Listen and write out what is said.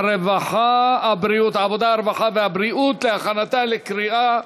הרווחה והבריאות נתקבלה.